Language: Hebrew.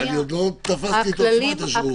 אני עוד לא תפסתי את עוצמת השערורייה,